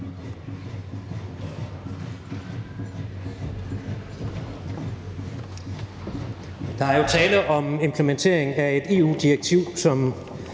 Der er jo tale om implementering af et EU-direktiv, som